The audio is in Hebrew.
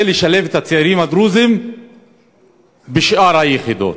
לשלב את הצעירים הדרוזים בשאר היחידות.